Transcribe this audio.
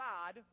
God